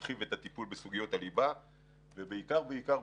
הרחיב את הטיפול בסוגיות הליבה ובעיקר בעיקר,